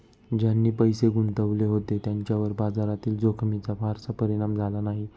ज्यांनी पैसे गुंतवले होते त्यांच्यावर बाजारातील जोखमीचा फारसा परिणाम झाला नाही